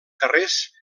carrers